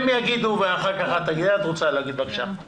אני